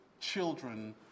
children